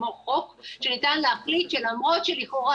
כמו חוק שניתן להחליט שלמרות שלכאורה